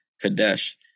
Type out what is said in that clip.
Kadesh